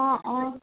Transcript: অঁ অঁ